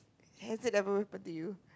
has it ever referred to you